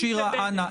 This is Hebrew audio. שירה, אנא.